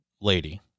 lady